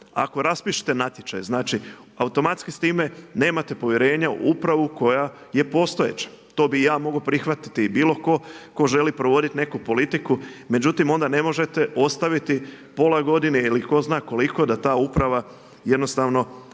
Ako raspišete natječaj, znači automatski s time nemate povjerenje u upravu koja je postojeća. To bih i ja mogao prihvatiti i bilo tko, tko želi provoditi neku politiku. Međutim, onda ne možete ostaviti pola godine ili tko zna koliko da ta uprava jednostavno